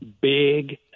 big